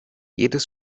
jedes